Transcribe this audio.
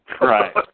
Right